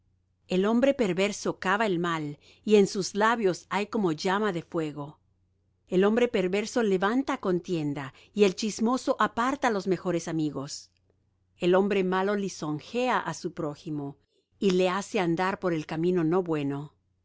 el hombre perverso cava el mal y en sus labios hay como llama de fuego el hombre perverso levanta contienda y el chismoso aparta los mejores amigos el hombre malo lisonjea á su prójimo y le hace andar por el camino no bueno